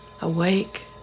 awake